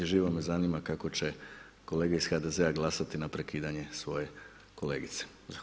Živo me zanima kako će kolege iz HDZ-a glasati na prekidanje svoje kolegice.